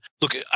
Look